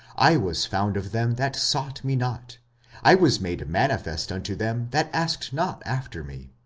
i was found of them that sought me not i was made manifest unto them that asked not after me.